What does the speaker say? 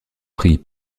prie